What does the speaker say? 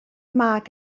mag